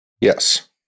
Yes